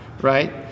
right